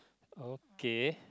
okay